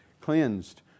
cleansed